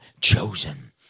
Chosen